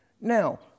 Now